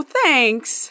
thanks